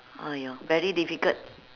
!aiya! very difficult